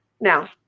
Now